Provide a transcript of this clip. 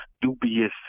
dubious